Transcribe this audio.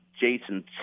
Jason